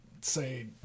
say